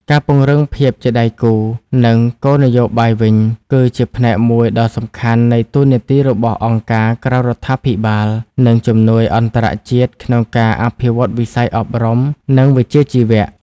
ការពង្រឹងភាពជាដៃគូ និងគោលនយោបាយវិញ គឺជាផ្នែកមួយដ៏សំខាន់នៃតួនាទីរបស់អង្គការក្រៅរដ្ឋាភិបាល និងជំនួយអន្តរជាតិក្នុងការអភិវឌ្ឍវិស័យអប់រំ និងវិជ្ជាជីវៈ។